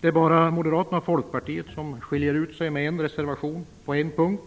Det är bara moderaterna och folkpartiet som skiljer ut sig med en reservation på en punkt.